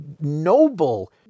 noble